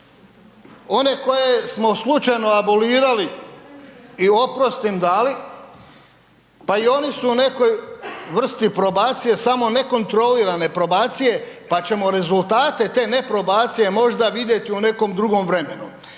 one koje smo slučajno abolirali i oprost im dali, pa i oni su u nekoj vrsti probacije samo u nekontrolirane probacije, pa ćemo rezultate te neprobacije možda vidjeti u nekom drugom vremenu.